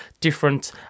different